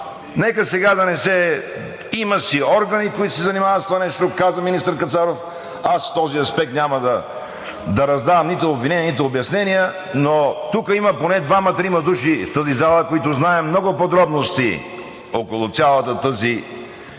Нека сега да не се… Има си органи, които се занимават с това нещо, каза министър Кацаров. В този аспект аз няма да раздавам нито обвинения, нито обяснения. Тук има поне двама-трима души в тази зала, които знаем много подробности около цялата тази